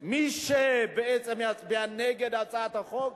מי שיצביע נגד הצעת החוק,